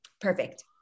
perfect